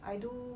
I do